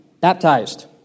baptized